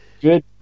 Good